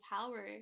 power